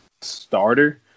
starter